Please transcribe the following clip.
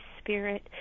Spirit